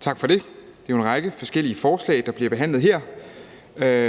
Tak for det. Det er jo en række forskellige forslag, der bliver behandlet her,